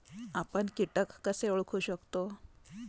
आपण कीटक कसे ओळखू शकतो?